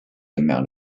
amount